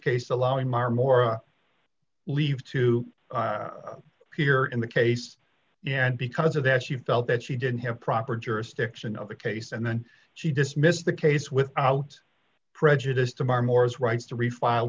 case allowing maher more leave to appear in the case and because of that she felt that she didn't have proper jurisdiction of the case and then she dismissed the case without prejudice to bar moore's rights to refile